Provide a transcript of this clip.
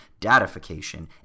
datification